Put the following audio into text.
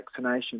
vaccinations